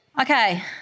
Okay